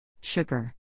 Sugar